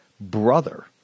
brother